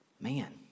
Man